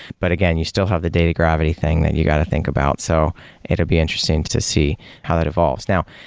but again, you still have the data gravity thing that you got to think about. so it'd be interesting to see how that evolves. now,